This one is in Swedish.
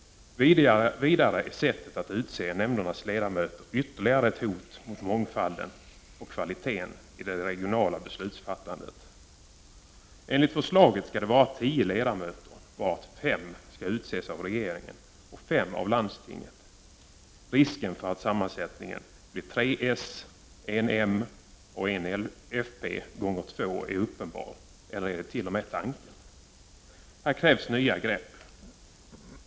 Vidare är sättet att utse nämndernas iedamöter ytterligare ett hot mot mångfalden och kvaliteten i det regionala beslutsfattandet. Enligt förslaget skall det vara 10 ledamöter, varav 5 skall utses av regeringen och 5 av landstinget. Risken för att sammansättningen blir 3 s, 1 m och 1 fp gånger 2 är uppenbar — eller är det t.o.m. tanken? Här krävs nya grepp.